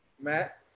matt